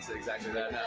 exactly that.